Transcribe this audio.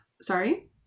sorry